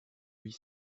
huit